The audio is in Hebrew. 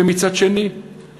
ומצד שני יש